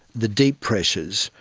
the deep pressures,